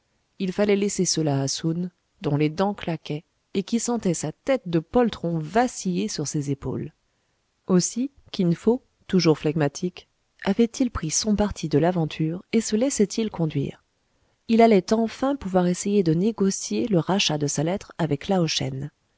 il fallait laisser cela à soun dont les dents claquaient et qui sentait sa tête de poltron vaciller sur ses épaules aussi kin fo toujours flegmatique avait-il pris son parti de l'aventure et se laissait il conduire il allait enfin pouvoir essayer de négocier le rachat de sa lettre avec